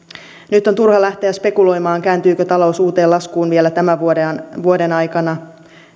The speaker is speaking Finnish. nyt on turha lähteä spekuloimaan kääntyykö talous uuteen laskuun vielä tämän vuoden aikana